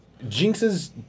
Jinxes